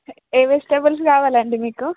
ఏ vegetables కావాలండి మీకు